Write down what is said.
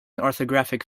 orthographic